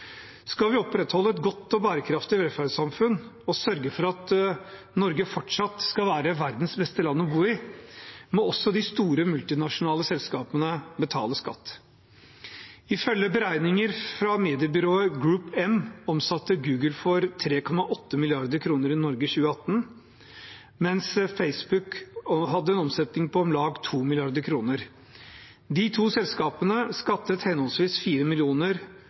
Skal vi opprettholde et godt og bærekraftig velferdssamfunn og sørge for at Norge fortsatt skal være verdens beste land å bo i, må også de store multinasjonale selskapene betale skatt. Ifølge beregninger fra mediebyrået GroupM omsatte Google for 3,8 mrd. kr i Norge i 2018, mens Facebook hadde en omsetning på om lag 2 mrd. kr. De to selskapene skattet henholdsvis